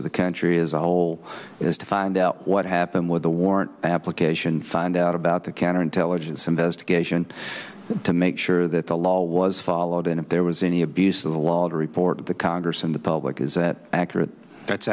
of the country as a whole is to find out what happened with the warrant application find out about the counterintelligence investigation to make sure that the law was followed and if there was any abuse of the law to report the congress and the public is accurate that's